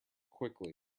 quickly